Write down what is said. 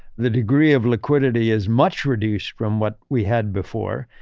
the degree of liquidity is much reduced from what we had before.